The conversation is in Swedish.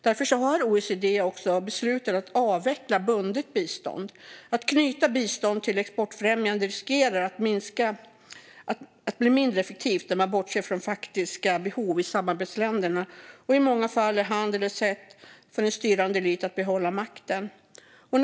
Därför har OECD beslutat att avveckla bundet bistånd. Att knyta biståndet till exportfrämjande riskerar att göra biståndet mindre effektivt. Man bortser från faktiska behov i samarbetsländerna, och i många fall är handel ett sätt för en styrande elit att behålla makten.